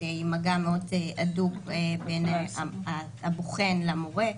יש מגע מאוד הדוק בין הבוחן למורה,